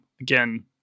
Again